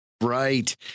Right